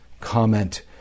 comment